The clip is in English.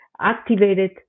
activated